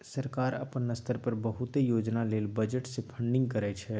सरकार अपना स्तर पर बहुते योजना लेल बजट से फंडिंग करइ छइ